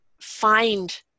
find